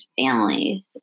family